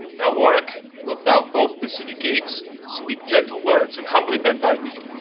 now warwicke, wilt thou ope the citie gates, speake gentle words, and humbly bend thy knee,